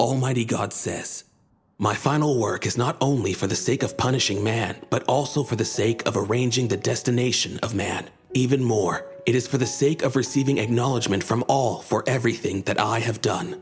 almighty god says my final work is not only for the sake of punishing man but also for the sake of arranging the destination of man even more it is for the sake of receiving acknowledgment from all for everything that i have done